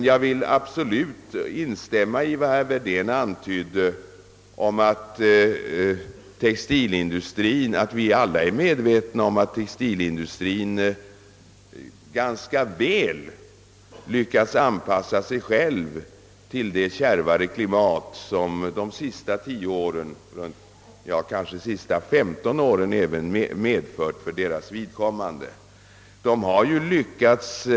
Jag vill gärna instämma i herr Wedéns antydan om att textilindustrien ganska väl lyckats anpassa sig till det kärvare klimat som de senaste tio eller kanske femton åren medfört för dess vidkommande — och detta är väl någonting som vi alla är medvetna om.